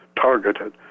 targeted